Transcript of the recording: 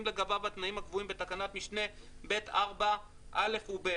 לגביו התנאים הקבועים בתקנת משנה (ב)(4)(א) ו-(ב),